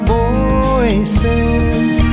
voices